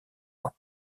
ans